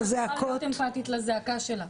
את יכולה להיות אמפטית לזעקה שלה.